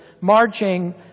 marching